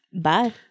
bye